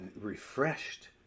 refreshed